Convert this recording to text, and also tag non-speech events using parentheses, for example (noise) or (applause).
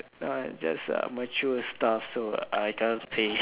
no just uh mature stuff so I can't say (laughs)